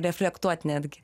reflektuot netgi